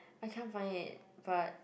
I cannot find it but